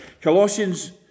Colossians